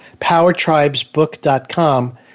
powertribesbook.com